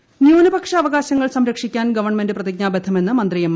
മണി ന്യൂനപക്ഷ അവകാശങ്ങൾ സംരക്ഷിക്കുവാൻ ഗവൺമെന്റ് പ്രതി ജ്ഞാബദ്ധമെന്ന് മന്ത്രി എം